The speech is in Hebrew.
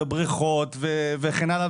בריכות ועוד,